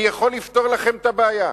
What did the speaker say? אני יכול לפתור לכם את הבעיה.